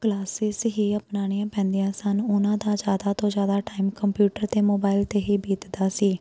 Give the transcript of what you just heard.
classes ਹੀ ਅਪਣਾਉਣੀਆਂ ਪੈਂਦੀਆਂ ਸਨ ਉਹਨਾਂ ਦਾ ਜ਼ਿਆਦਾ ਤੋਂ ਜ਼ਿਆਦਾ ਟਾਈਮ ਕੰਪਿਊਟਰ ਅਤੇ ਮੋਬਾਈਲ 'ਤੇ ਹੀ ਬੀਤਦਾ ਸੀ